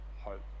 hope